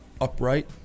Upright